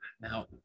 now